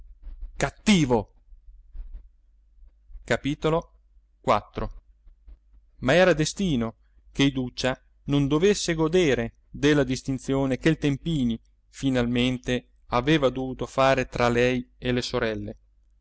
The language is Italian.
singhiozzi cattivo ma era destino che iduccia non dovesse godere della distinzione che il tempini finalmente aveva dovuto fare tra lei e le sorelle